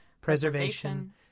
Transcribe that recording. preservation